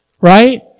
Right